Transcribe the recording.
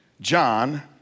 John